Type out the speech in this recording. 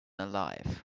alive